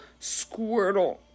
Squirtle